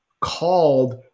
called